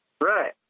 Right